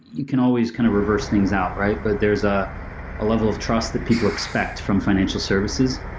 you can always kind of reverse things out, right? but there's ah a level of trust that people expect from financial services.